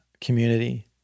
community